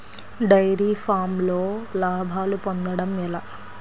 Dairy ఫామ్లో లాభాలు పొందడం ఎలా?